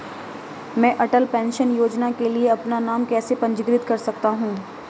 मैं अटल पेंशन योजना के लिए अपना नाम कैसे पंजीकृत कर सकता हूं?